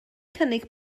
cynnig